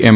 એમ